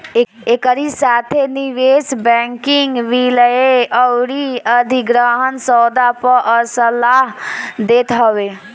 एकरी साथे निवेश बैंकिंग विलय अउरी अधिग्रहण सौदा पअ सलाह देत हवे